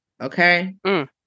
Okay